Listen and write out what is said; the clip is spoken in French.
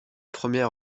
première